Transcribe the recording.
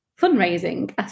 fundraising